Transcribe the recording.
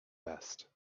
best